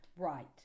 Right